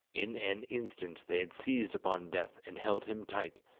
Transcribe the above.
in an instant they had seized upon death and held him tight,